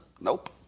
Nope